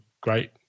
great